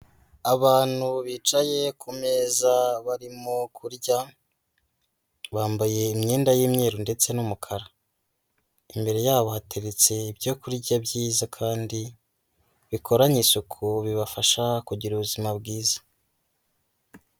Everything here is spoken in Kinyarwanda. Abantu bicaye ku meza barimo kurya, bambaye imyenda y'imyeru ndetse n'umukara. Imbere yabo hateretse ibyo kurya byiza kandi bikoranye isuku bibafasha kugira ubuzima bwiza.